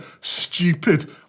stupid